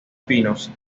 pinos